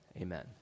Amen